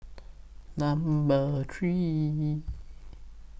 Number three